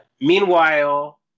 Meanwhile